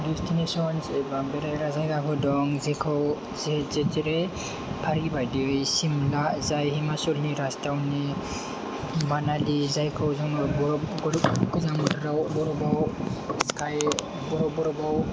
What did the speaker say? टुरिष्टनि चयस एबा बेरायग्रा जायगाबो दं जेखौ जे जे जेरै फारि बायदियै शिमला हिमाचलनि राजथावनि मानाली जायखौ जों बरफ गोजां बोथोराव बरफाव थायो बरफाव